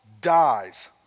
dies